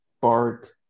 Bart